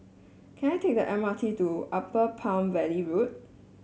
can I take the M R T to Upper Palm Valley Road